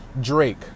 Drake